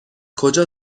کجا